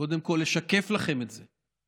קודם כול לשקף לכם את זה.